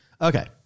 Okay